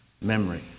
memory